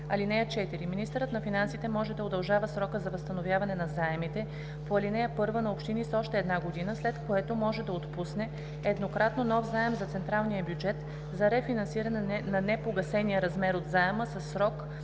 „(4) Министърът на финансите може да удължава срока за възстановяване на заемите по ал. 1 на общини с още една година, след което може да отпусне еднократно нов заем от централния бюджет за рефинансиране на непогасения размер от заема със срок